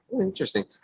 interesting